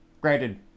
Granted